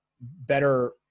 better